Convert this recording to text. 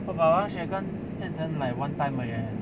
but wang xue 跟 jian chen like one time 而已 eh